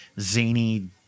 zany